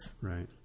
Right